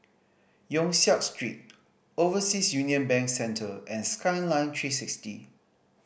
Yong Siak Street Overseas Union Bank Centre and Skyline Three Sixty